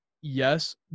yes